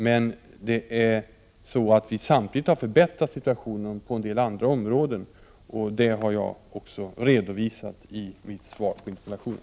Men samtidigt har vi förbättrat situationen på en del andra områden, och det har jag också redovisat i mitt svar på interpellationen.